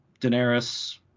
Daenerys